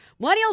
Millennials